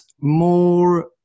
more